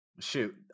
shoot